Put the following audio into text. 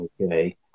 Okay